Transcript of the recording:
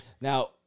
Now